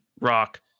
rock